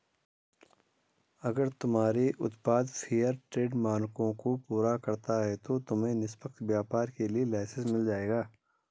अगर तुम्हारे उत्पाद फेयरट्रेड मानकों को पूरा करता है तो तुम्हें निष्पक्ष व्यापार के लिए लाइसेन्स मिल जाएगा